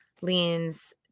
leans